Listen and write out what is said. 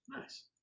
Nice